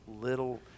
little